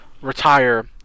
retire